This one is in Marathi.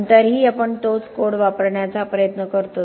पण तरीही आपण तोच कोड वापरण्याचा प्रयत्न करतो